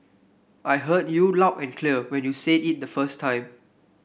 I heard you loud and clear when you said it the first time